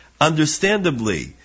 Understandably